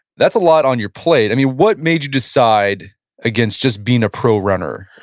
that's a lot on your plate. i mean, what made you decide against just being a pro runner?